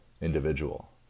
individual